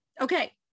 Okay